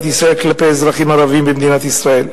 ישראל כלפי אזרחים ערבים במדינת ישראל.